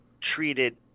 treated